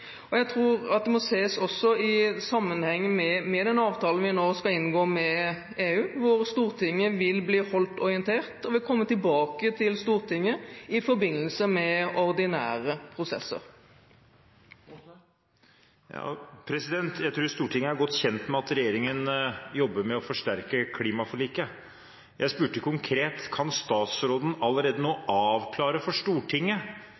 klimaforliket. Jeg tror at det må ses i sammenheng også med den avtalen vi nå skal inngå med EU, hvor Stortinget vil bli holdt orientert, og vil komme tilbake til Stortinget i forbindelse med ordinære prosesser. Jeg tror Stortinget er godt kjent med at regjeringen jobber med å forsterke klimaforliket. Jeg spurte konkret: Kan statsråden allerede nå avklare for Stortinget